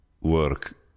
work